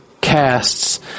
casts